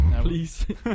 Please